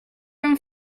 run